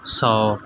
ਸੌ